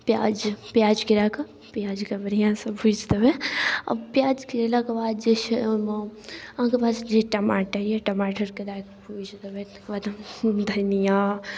पिआज पिआज गिराकऽ पिआजके बढ़िआँसँ भुजि देबै आओर पिआज गिरेलाके बाद जे छै ओहिमे अहाँके पास जे टमाटर अइ टमाटरके दऽ कऽ भुजि देबै तकर बाद धनिआ